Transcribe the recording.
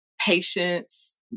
patience